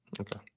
okay